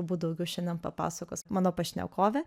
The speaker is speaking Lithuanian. turbūt daugiau šiandien papasakos mano pašnekovė